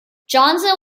johnson